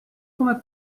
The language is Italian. come